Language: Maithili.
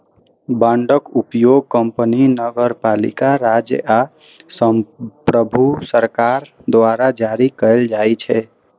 बांडक उपयोग कंपनी, नगरपालिका, राज्य आ संप्रभु सरकार द्वारा जारी कैल जाइ छै